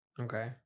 Okay